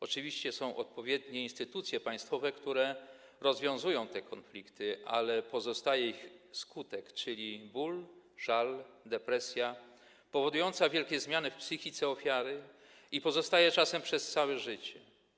Oczywiście są odpowiednie instytucje państwowe, które rozwiązują te konflikty, ale pozostaje ich skutek, czyli ból, żal, depresja powodująca wielkie zmiany w psychice ofiary i pozostająca czasem przez całe życie.